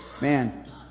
Man